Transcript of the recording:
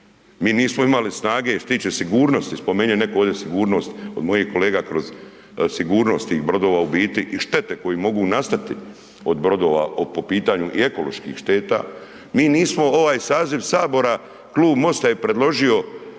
Mi nismo imali snage što se tiče sigurnost, spomenuo je neko ovdje sigurnost od mojih kolega, kroz sigurnosti tih brodova i štete koje mogu nastati od brodova po pitanju i ekoloških šteta, mi nismo ovaj saziv Sabora, klub MOST-a je predložio